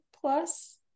plus